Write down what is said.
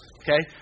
okay